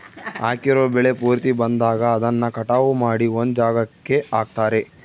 ಹಾಕಿರೋ ಬೆಳೆ ಪೂರ್ತಿ ಬಂದಾಗ ಅದನ್ನ ಕಟಾವು ಮಾಡಿ ಒಂದ್ ಜಾಗಕ್ಕೆ ಹಾಕ್ತಾರೆ